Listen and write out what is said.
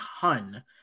ton